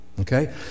Okay